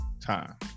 time